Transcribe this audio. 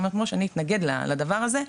אני אומרת שאני אתנגד לדבר הזה,